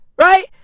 right